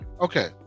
Okay